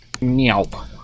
Meow